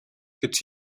гэж